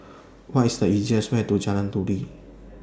What IS The easiest Way to Jalan Turi